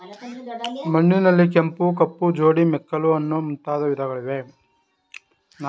ಮಣ್ಣಿನಲ್ಲಿ ಕೆಂಪು, ಕಪ್ಪು, ಜೇಡಿ, ಮೆಕ್ಕಲು ಅನ್ನೂ ಮುಂದಾದ ವಿಧಗಳಿವೆ